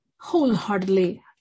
wholeheartedly